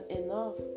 enough